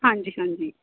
ਹਾਂਜੀ ਹਾਂਜੀ